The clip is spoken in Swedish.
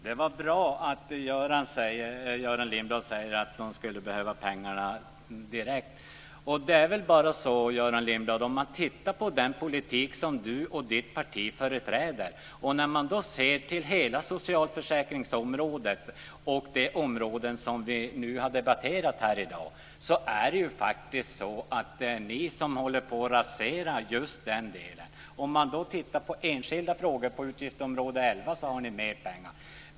Fru talman! Det är bra att Göran Lindblad säger att de behöver pengarna direkt. Om man tittar på den politik som Göran Lindblad och hans parti företräder, och sedan ser till hela socialförsäkringsområdet och de områden som vi nu har debatterat i dag, är det ni som håller på att rasera den delen. Låt oss se på enskilda frågor. Till utgiftsområde 11 har ni mer pengar.